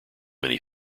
many